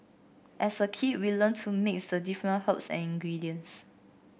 as a kid we learnt to mix the different herbs and ingredients